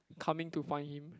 coming to find him